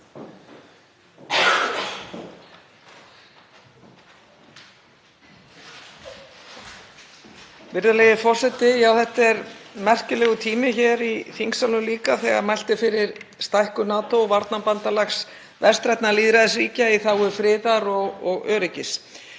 Virðulegi forseti. Já, þetta er merkilegur tími hér í þingsal og líka þegar mælt er fyrir stækkun NATO, varnarbandalags vestrænna lýðræðisríkja í þágu friðar og öryggis.